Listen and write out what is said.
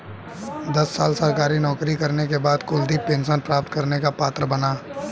दस साल सरकारी नौकरी करने के बाद कुलदीप पेंशन प्राप्त करने का पात्र बना